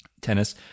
tennis